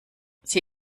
sie